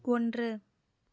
ஒன்று